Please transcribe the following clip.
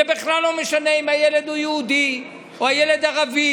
זה בכלל לא משנה אם הילד הוא יהודי או הילד ערבי,